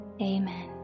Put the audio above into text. Amen